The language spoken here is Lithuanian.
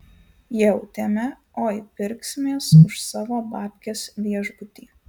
jautėme oi pirksimės už savo babkes viešbutį